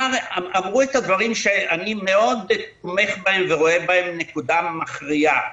אמו את הדברים שאני מאוד תומך בהם ורואה בהם נקודה מכריעה.